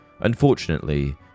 Unfortunately